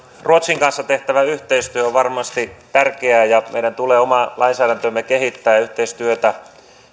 ruotsin kanssa tehtävä yhteistyö on varmasti tärkeää ja meidän tulee kehittää omaa lainsäädäntöämme ja yhteistyötä